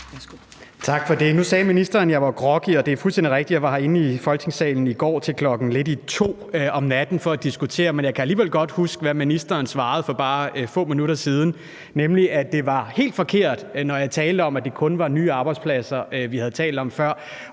Tak for det. Nu sagde ministeren, at jeg var groggy, og det er fuldstændig rigtigt. Jeg var herinde i Folketingssalen i går til klokken lidt i 2 om natten for at diskutere, men jeg kan alligevel godt huske, hvad ministeren svarede for bare få minutter siden, nemlig at det var helt forkert, når jeg talte om, at det kun var nye arbejdspladser, vi havde talt om før.